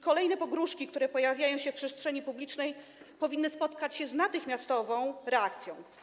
Kolejne pogróżki, które pojawiają się w przestrzeni publicznej, powinny spotkać się z natychmiastową reakcją.